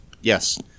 Yes